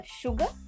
sugar